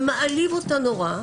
ומעליב אותה נורא,